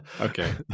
okay